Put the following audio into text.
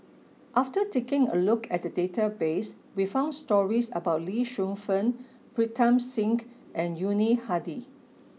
after taking a look at the database we found stories about Lee Shu Fen Pritam Singh and Yuni Hadi